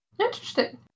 Interesting